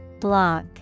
Block